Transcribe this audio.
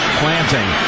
planting